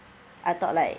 I thought like